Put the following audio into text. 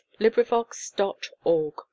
LibriVox.org